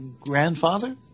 grandfather